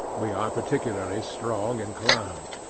we are particularly strong in clowns.